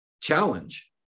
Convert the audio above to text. challenge